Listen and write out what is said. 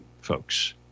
folks